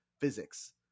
physics